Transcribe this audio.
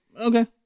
okay